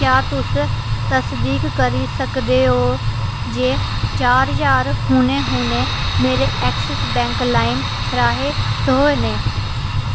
क्या तुस तसदीक करी सकदे ओ जे चार ज्हार हुनै हुनै मेरे ऐक्सिस बैंक लाइम राहें थ्होए न